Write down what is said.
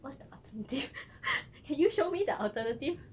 what's the alternative can you show me the alternative